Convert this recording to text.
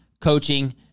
coaching